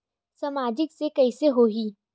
सामाजिक से कइसे होही?